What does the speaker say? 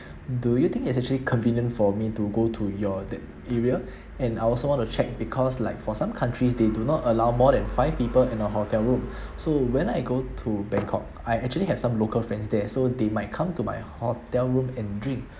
do you think it's actually convenient for me to go to your the area and I also want to check because like for some countries they do not allow more than five people in a hotel room so when I go to bangkok I actually have some local friends there so they might come to my hotel room and drink